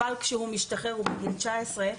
אבל כשהוא משתחרר הוא בגיל 19,